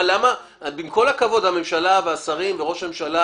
עם כל הכבוד, הממשלה, השרים, ראש הממשלה